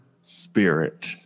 spirit